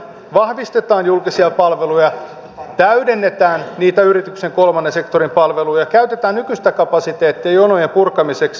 vahvistetaan julkisia palveluja täydennetään niitä yrityksen kolmannen sektorin palveluja ja käytetään nykyistä kapasiteettia jonojen purkamiseksi